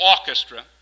Orchestra